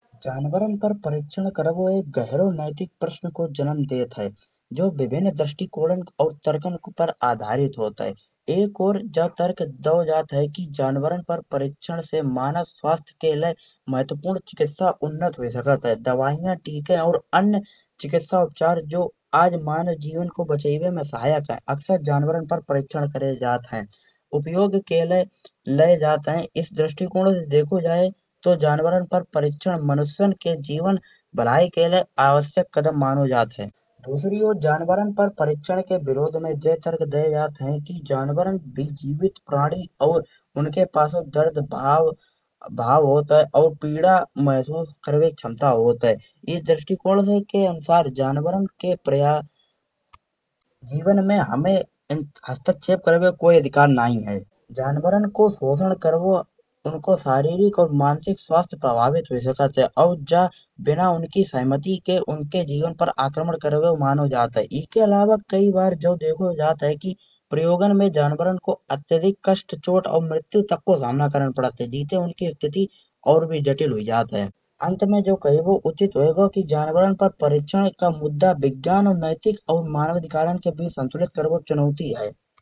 जानवरन पर परीक्षण करबो एक गह्रो नैतिक प्रश्न को जनम देत है जो विभिन्न दृष्टिकोण और तादकन के ऊपर आधारित होत है। एक और जो तर्क दाओ जात है कि जानवरन पर परीक्षण से मानव स्वास्थ्य के लाये महत्त्वपूर्ण चिकित्सा उन्नत हुई सकत है। दवाइया टीके और अन्य चिकित्सा उपचार जो मानव के जीवन को बचाइबे में सहायक है अक्सर जानवरन पर परीक्षण करे जात है। उपयोग के लाये ले जात है इस दृष्टिकोण से देखो जाये तो जानवरन पर परीक्षण मनुष्यन के जीवन भलाई के लाये आवश्यक कदम मानो जात है। दूसरी ओर परीक्षण के विरोध में यह चर्क दाय जात है। कि जानवरन भी जीवित प्राणी और उनके पास दर्द भाव होत है और पीड़ा महसूस करबे की क्षमता होत है। इस दृष्टिकोण से हम सब जानवरन के प्रायोग जीवन में हमें हस्तक्षेप करबे को कोई अधिकार नै है। जानवरन को शोध करबो उनको शारीरिक और मानसिक स्वास्थ्य प्रभावित हुई सकत है। और जा उनकी बिना सहमति के उनके जीवन पर आक्रमण करबे को मानो जात है। इके अलावा कई बार जो देखो जात है कि प्रयोगन में जानवरन को अत्याधिक कष्ट चोट और मृत्यु तक को सामना करन पाढ़त है। जिकी स्थिति और भी जटिल हुई जात है। आंत में जो कहिबे उचित हूगो कि जानवरन पर परीक्षण का मुद्दा विज्ञान नैतिक और मानव अधिकारन के बीच संतुलित करबो चुनौती है।